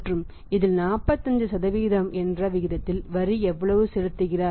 மற்றும் இதில் 45 என்ற விகிதத்தில் வரி எவ்வளவு செலுத்துகிறார்